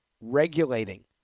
regulating